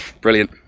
brilliant